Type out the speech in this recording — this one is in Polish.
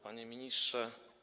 Panie Ministrze!